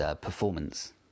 performance